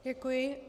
Děkuji.